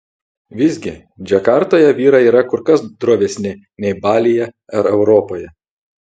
visgi džakartoje vyrai yra kur kas drovesni nei balyje ar europoje